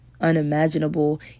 unimaginable